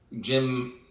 Jim